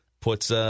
Puts